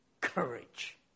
courage